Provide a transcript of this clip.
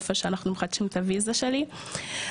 איפה שאנחנו מחדשים את הוויזה שלי ואז